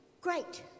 great